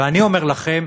ואני אומר לכם,